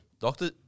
Doctor